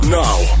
now